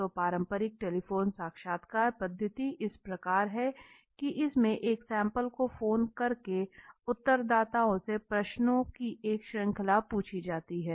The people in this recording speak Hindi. तो पारंपरिक टेलीफोन साक्षात्कार पद्धति इस प्रकार है कि इसमें एक सैंपल को फोन करके उत्तरदाताओं से प्रश्नों की एक श्रृंखला पूछी जाती हैं